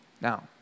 Now